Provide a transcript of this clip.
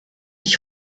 ich